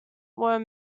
were